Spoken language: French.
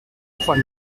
trois